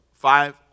Five